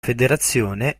federazione